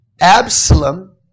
Absalom